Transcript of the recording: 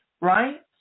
right